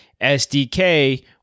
SDK